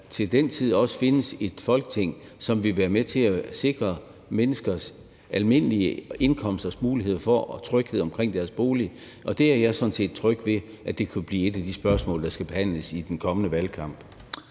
til den tid også findes et Folketing, som vil være med til at sikre mennesker med almindelige indkomsters tryghed omkring deres bolig – og det er jeg sådan set tryg ved kunne blive et af de spørgsmål, der skal behandles i den kommende valgkamp.